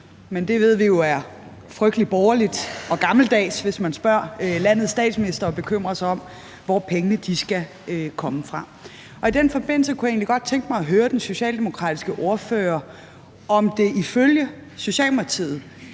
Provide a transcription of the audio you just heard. Men det ved vi jo er frygtelig borgerligt og gammeldags, hvis man spørger landets statsminister og bekymrer sig om, hvor pengene skal komme fra. I den forbindelse kunne jeg egentlig godt tænke mig at høre den socialdemokratiske ordfører, om det ifølge Socialdemokratiet